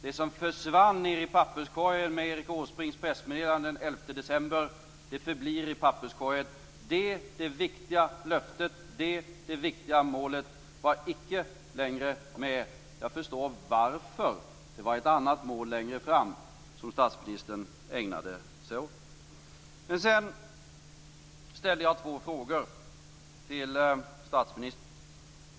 Det som försvann ned i papperskorgen med Erik Åsbrinks pressmeddelande den 11 december förblir i papperskorgen. Det viktiga löftet, det viktiga målet, var icke längre med. Jag förstår varför. Det var ett annat mål längre fram som statsministern ägnade sig åt. Sedan ställde jag två frågor till statsministern.